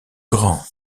grand